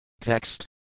Text